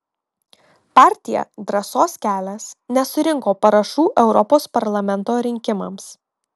partija drąsos kelias nesurinko parašų europos parlamento rinkimams